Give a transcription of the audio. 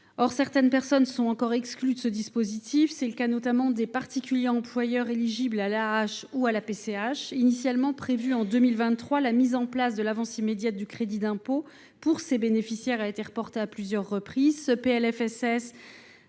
Or certaines personnes sont encore exclues de ce dispositif. C’est le cas notamment des particuliers employeurs éligibles à l’APA ou à la PCH. Initialement prévue en 2023, la mise en place de l’avance immédiate de crédit d’impôt pour ces bénéficiaires a été reportée à plusieurs reprises.